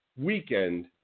weekend